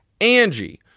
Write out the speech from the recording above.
Angie